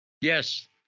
Yes